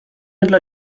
dla